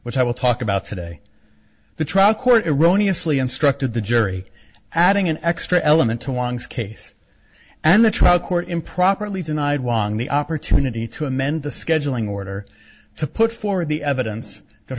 which i will talk about today the trial court eroni asli instructed the jury adding an extra element to wanks case and the trial court improperly denied whang the opportunity to amend the scheduling order to put forward the evidence that